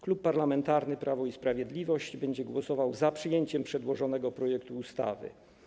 Klub Parlamentarny Prawo i Sprawiedliwość będzie głosował za przyjęciem przedłożonego projektu ustawy.